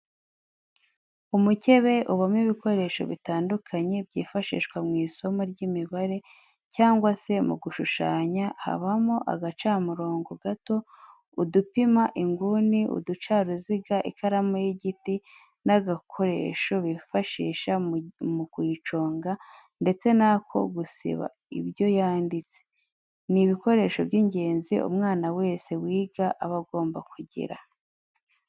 Umukebe ubamo ibikoresho bitandukanye byifashishwa mu isomo ry'imibare cyangwa se mu gushushanya habamo agacamurongo gato, udupima inguni, uducaruziga, ikaramu y'igiti n'agakoresho kifashishwa mu kuyiconga ndetse n'ako gusiba ibyo yanditse, ni ibikoresho by'ingenzi umwana wese wiga aba agomba kugira.